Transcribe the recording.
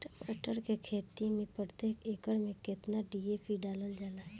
टमाटर के खेती मे प्रतेक एकड़ में केतना डी.ए.पी डालल जाला?